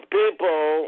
people